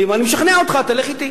ואם אני משכנע אותך, תלך אתי.